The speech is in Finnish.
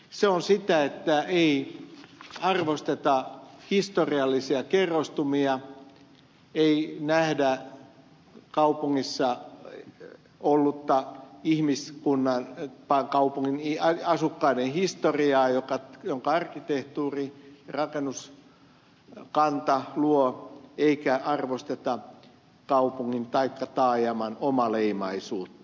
se on sitä että ei arvosteta historiallisia kerrostumia ei nähdä kaupungissa ollutta asukkaiden historiaa jonka arkkitehtuuri ja rakennuskanta luo eikä arvosteta kaupungin taikka taajaman omaleimaisuutta